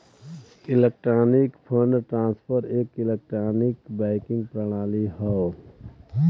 electronic fund transfer एक electronic banking प्रणाली हौ